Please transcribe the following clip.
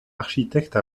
architecte